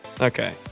Okay